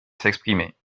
s’exprimer